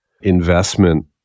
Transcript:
investment